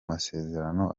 masezerano